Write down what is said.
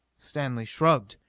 stanley shrugged.